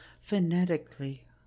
phonetically